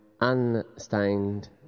unstained